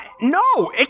No